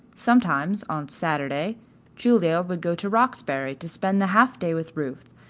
sometimes on saturday julia would go to roxbury to spend the half day with ruth,